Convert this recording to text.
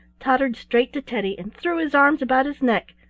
tottered straight to teddy and threw his arms about his neck.